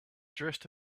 dressed